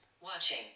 Watching